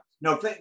no